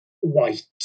white